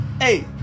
Hey